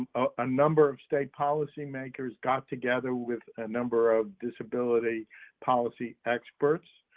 a number of state policy-makers got together with a number of disability policy experts,